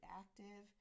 active